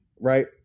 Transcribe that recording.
right